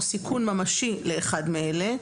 או סיכון ממשי לאחד מאלה: